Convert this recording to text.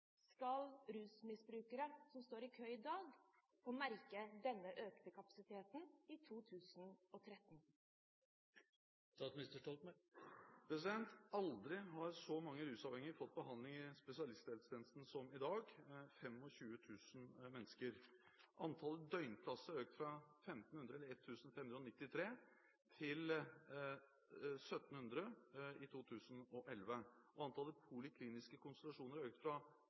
skal rusmisbrukere som står i kø i dag, få merke denne økte kapasiteten i 2013? Aldri har så mange rusavhengige fått behandling i spesialisthelsetjenesten som i dag – 25 000 mennesker. Antall døgnplasser er økt fra 1 593 til 1 700 i 2011, og antallet polikliniske konsultasjoner har økt fra